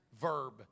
verb